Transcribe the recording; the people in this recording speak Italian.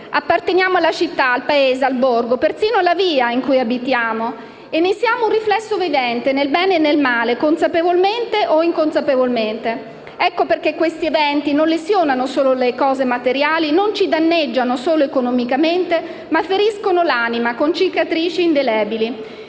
Apparteniamo alla città, al paese, al borgo, persino alla via in cui abitiamo, e ne siamo un riflesso vivente, nel bene e nel male, consapevolmente o inconsapevolmente. Ecco perché siffatti eventi non lesionano solo le cose materiali, non ci danneggiano solo economicamente, ma feriscono l'anima con cicatrici indelebili.